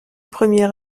premier